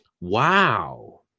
Wow